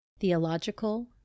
Theological